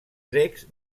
grecs